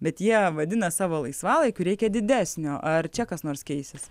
bet jie vadina savo laisvalaikiu reikia didesnio ar čia kas nors keisis